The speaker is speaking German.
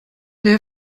der